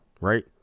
right